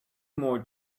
more